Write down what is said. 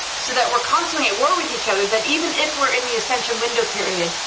so that we're constantly at war with each other, that even if we're in the essential window period,